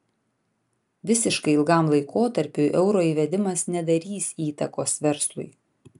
visiškai ilgam laikotarpiui euro įvedimas nedarys įtakos verslui